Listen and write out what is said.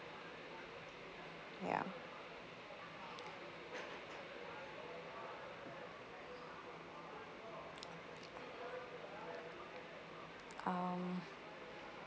ya um